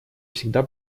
всегда